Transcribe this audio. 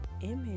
image